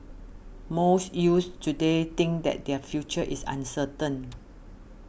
most youths today think that their future is uncertain